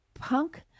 Punk